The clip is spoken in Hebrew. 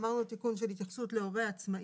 אמרנו תיקון של התייחסות להורה עצמאי